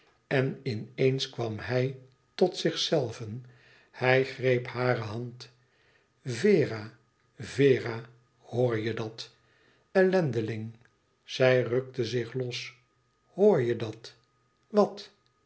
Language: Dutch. en in eens kwam hij tot zichzelven hij greep hare hand vera vera hoor je dàt ellendeling zij rukte zich los hoor je dat wat